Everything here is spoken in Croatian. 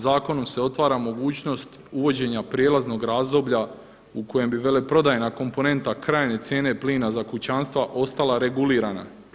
Zakonom se otvara mogućnost uvođenja prijelaznog razdoblja u kojem bi veleprodajna komponenta krajnje cijene plina za kućanstva ostala regulirana.